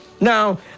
Now